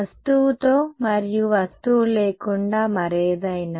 వస్తువుతో మరియు వస్తువు లేకుండా మరేదైనా